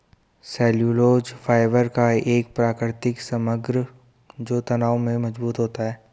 cellulose fibre का एक प्राकृतिक समग्र जो तनाव में मजबूत होता है